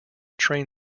train